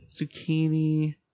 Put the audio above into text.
Zucchini